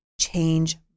change